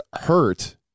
hurt